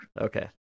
Okay